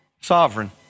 sovereign